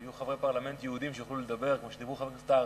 ויהיו חברי פרלמנט יהודים שיוכלו לדבר כמו שדיברו חברי הכנסת הערבים,